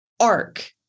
arc